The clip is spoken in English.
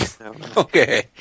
Okay